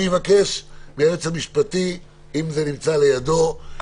אני אבקש מהיועץ המשפטי אם זה נמצא לידו.